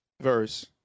verse